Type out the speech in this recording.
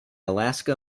alaska